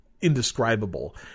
indescribable